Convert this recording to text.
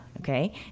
okay